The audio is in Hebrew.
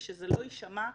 ושלא יישמע,